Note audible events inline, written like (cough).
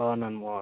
(unintelligible)